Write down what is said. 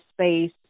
space